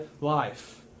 life